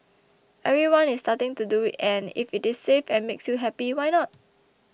everyone is starting to do it and if it is safe and makes you happy why not